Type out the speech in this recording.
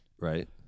right